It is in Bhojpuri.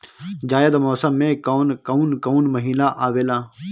जायद मौसम में कौन कउन कउन महीना आवेला?